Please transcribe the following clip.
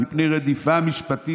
מפני רדיפה משפטית